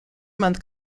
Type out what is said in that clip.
month